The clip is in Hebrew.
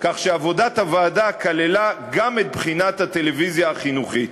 כך שעבודתה כללה גם את בחינת הטלוויזיה החינוכית.